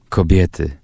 Kobiety